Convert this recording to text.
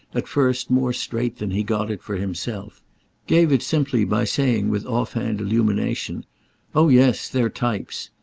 at first, more straight than he got it for himself gave it simply by saying with off-hand illumination oh yes, they're types!